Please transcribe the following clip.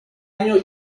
año